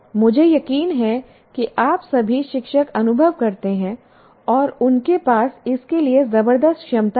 मुझे यकीन है कि आप सभी शिक्षक अनुभव करते हैं और उनके पास इसके लिए जबरदस्त क्षमता है